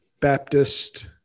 Baptist